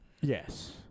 Yes